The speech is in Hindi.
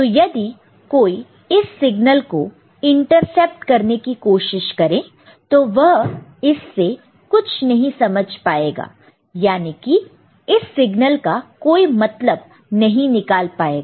तो यदि कोई इस सिग्नल को इंटरसेप्ट करने की कोशिश करें तो वह इससे कुछ नहीं समझ पाएगा यानी कि इस सिग्नल का कोई मतलब नहीं निकाल पाएगा